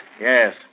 Yes